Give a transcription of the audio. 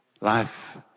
Life